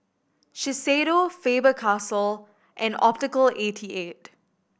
Shiseido Faber Castell and Optical eighty eight